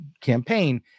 campaign